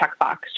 checkbox